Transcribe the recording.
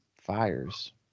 fires